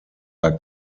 are